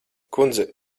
kundze